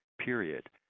period